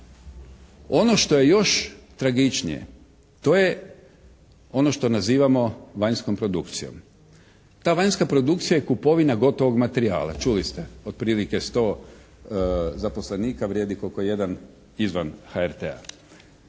Ono što je još tragičnije, to je ono što nazivamo vanjskom produkcijom. Ta vanjska produkcija i kupovina gotovog materijala čuli ste otprilike 100 zaposlenika vrijedi koliko jedan izvan HRT-a.